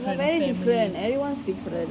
we very different everyone's different